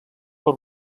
per